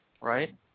right